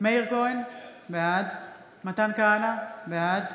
מאיר כהן, בעד מתן כהנא, בעד